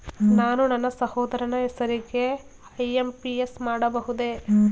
ನಾನು ನನ್ನ ಸಹೋದರನ ಹೆಸರಿಗೆ ಐ.ಎಂ.ಪಿ.ಎಸ್ ಮಾಡಬಹುದೇ?